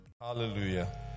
Hallelujah